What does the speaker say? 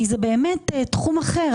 כי זה באמת תחום אחר.